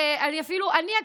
אפילו אני עצמי,